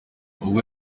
ubwo